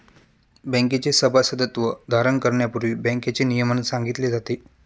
बँकेचे सभासदत्व धारण करण्यापूर्वी बँकेचे नियमन सांगितले जाते